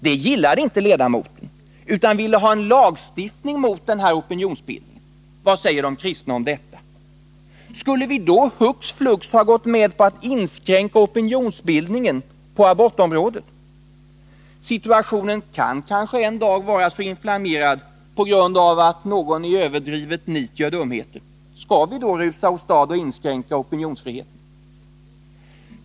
Det gillade inte den ledamoten utan ville ha en lagstiftning mot denna opinionsbildning. Vad säger de kristna om detta? Skulle vi då hux flux ha gått med på att inskränka opinionsbildningen på abortområdet? Situationen kanske en dag kan vara så inflammerad på grund av att någon i överdrivet nit gör dumheter. Skall vi då rusa åstad och inskränka opinionsfriheten?